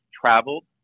traveled